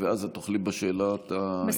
ואז תוכלי בשאלת ההמשך,